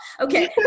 Okay